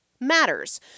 matters